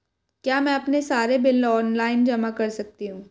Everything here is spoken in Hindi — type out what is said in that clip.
क्या मैं अपने सारे बिल ऑनलाइन जमा कर सकती हूँ?